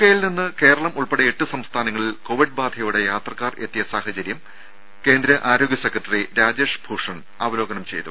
K യിൽ നിന്ന് കേരളം ഉൾപ്പെടെ എട്ട് സംസ്ഥാനങ്ങളിൽ കോവിഡ് ബാധയോടെ യാത്രക്കാർ എത്തിയ സാഹചര്യം ആരോഗ്യ സെക്രട്ടറി രാജേഷ് ഭൂഷൺ അവലോകനം ചെയ്തു